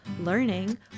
learning